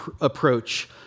approach